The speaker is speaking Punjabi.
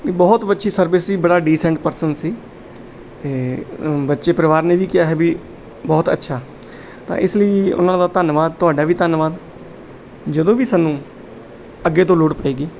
ਵੀ ਬਹੁਤ ਅੱਛੀ ਸਰਵਿਸ ਵੀ ਬੜਾ ਡੀਸੈਂਟ ਪਰਸਨ ਸੀ ਅਤੇ ਬੱਚੇ ਪਰਿਵਾਰ ਨੇ ਵੀ ਕਿਹਾ ਹੈ ਵੀ ਬਹੁਤ ਅੱਛਾ ਤਾਂ ਇਸ ਲਈ ਉਹਨਾਂ ਦਾ ਧੰਨਵਾਦ ਤੁਹਾਡਾ ਵੀ ਧੰਨਵਾਦ ਜਦੋਂ ਵੀ ਸਾਨੂੰ ਅੱਗੇ ਤੋਂ ਲੋੜ ਪਏਗੀ